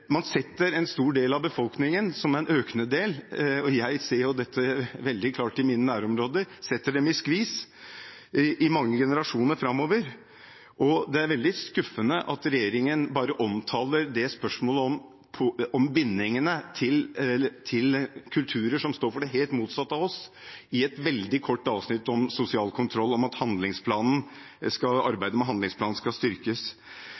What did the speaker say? Man setter en stor del av befolkningen – en økende del – i skvis i mange generasjoner framover. Jeg ser dette veldig klart i mine nærområder Det er veldig skuffende at regjeringen bare omtaler spørsmålet om bindingene til kulturer som står for det helt motsatte av oss, i et veldig kort avsnitt om sosial kontroll, i forbindelse med at arbeidet med handlingsplanen skal styrkes.